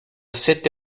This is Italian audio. sette